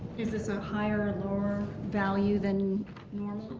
is this a higher, lower value than normal?